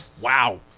Wow